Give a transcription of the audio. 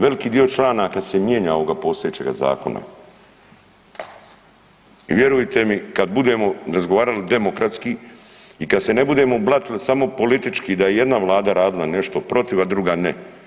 Veliki dio čanaka se mijenja ovoga postojećega Zakona i vjerujte mi kad budemo razgovarali demokratski i kad se ne budemo blatili samo politički da je jedna vlada radila nešto protiv, a druga ne.